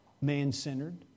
man-centered